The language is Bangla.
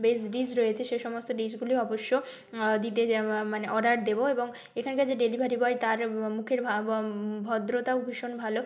বেস্ট ডিশ রয়েছে সেসমস্ত ডিশগুলি অবশ্য দিতে মানে অর্ডার দেবো এবং এখানকার যে ডেলিভারি বয় তার মুখের ভা ভদ্রতাও ভীষণ ভালো